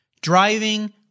driving